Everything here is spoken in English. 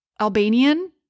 Albanian